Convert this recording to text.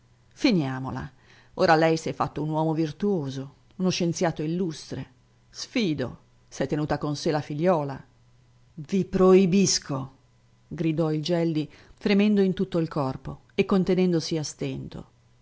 finiamola ora lei s'è fatto un uomo virtuoso uno scienziato illustre sfido s'è tenuta con sé la figliuola i proibisco gridò il gelli fremendo in tutto i corpo e contenendosi a stento